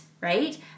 right